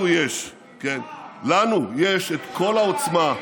לנו יש את כל העוצמה,